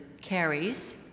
carries